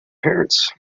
parents